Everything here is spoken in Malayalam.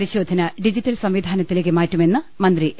പരിശോധന ഡിജിറ്റൽ സംവിധാനത്തിലേക്ക് മാറ്റുമെന്ന് മന്ത്രി എ